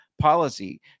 policy